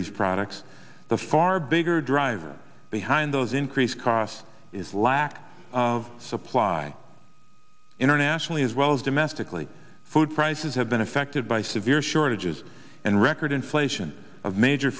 these products the far bigger driver behind those increased costs is lack of supply internationally as well as domestically food prices have been affected by severe shortages and record inflation of major